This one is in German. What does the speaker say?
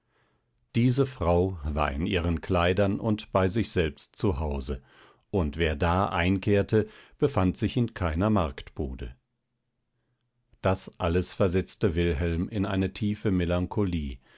diese frau war in ihren kleidern und bei sich selbst zu hause und wer da einkehrte befand sich in keiner marktbude das alles versetzte wilhelm in tiefe melancholie